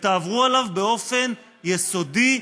ותעברו עליו באופן יסודי,